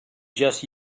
just